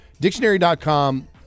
Dictionary.com